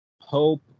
hope